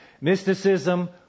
mysticism